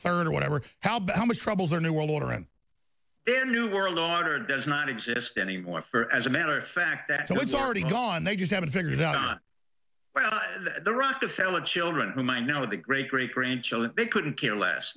third or whatever how but how much trouble the new world order and their new world order does not exist anymore for as a matter of fact that it's already gone they just haven't figured out the rockefeller children who might know the great great grandchildren they couldn't care less